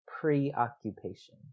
preoccupation